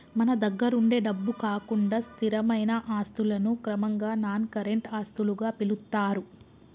మన దగ్గరుండే డబ్బు కాకుండా స్థిరమైన ఆస్తులను క్రమంగా నాన్ కరెంట్ ఆస్తులుగా పిలుత్తారు